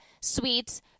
sweets